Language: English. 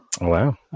wow